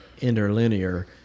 interlinear